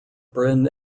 bryn